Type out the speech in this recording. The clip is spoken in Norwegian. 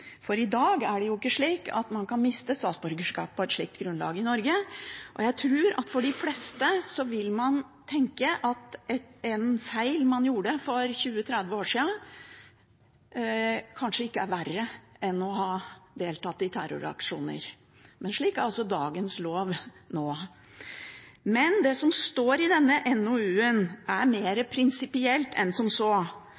I dag er det ikke slik at man kan miste statsborgerskap på et slikt grunnlag i Norge. Jeg tror at de fleste vil tenke at en feil man gjorde for 20–30 år siden, kanskje ikke er verre enn å ha deltatt i terroraksjoner. Men slik er altså dagens lov nå. Men det som står i denne NOU-en er